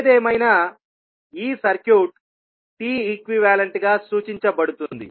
ఏదేమైనా ఈ circuit T equivalent గా సూచించబడుతుంది